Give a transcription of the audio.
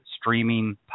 streaming